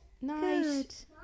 Nice